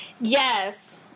Yes